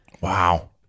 Wow